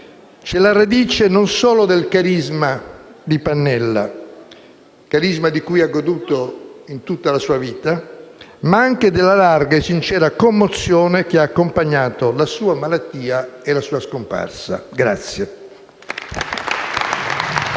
c'è la radice non solo del carisma di cui Pannella ha goduto in tutta la sua vita, ma anche della larga e sincera commozione che ha accompagnato la sua malattia e la sua scomparsa.